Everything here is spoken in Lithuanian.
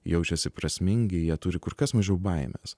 jaučiasi prasmingi jie turi kur kas mažiau baimės